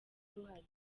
uruhare